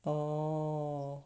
orh